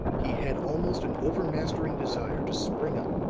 he had almost an overmastering desire to spring up,